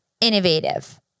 innovative